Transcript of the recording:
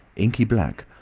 inky black,